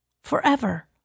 forever